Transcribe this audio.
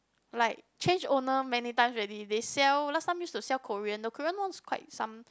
like change owner many times already they sell last time used to sell Korean the Korean one is quite some